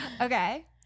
Okay